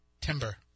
Timber